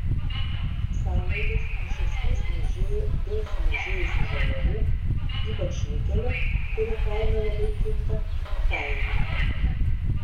sąnaudos iš esmės mažėjo dėl sumažėjusių žaliavų ypač nikelio kurio kaina labai kinta kainų